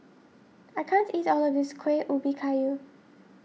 I can't eat all of this Kuih Ubi Kayu